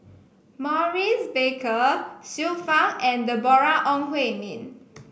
Maurice Baker Xiu Fang and Deborah Ong Hui Min